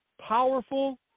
powerful –